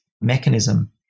mechanism